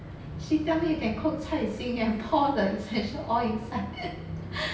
she tell me you can cook 菜心 and pour the essential oil inside